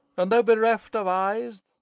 and though bereft of eyes,